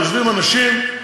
יושבים אנשים,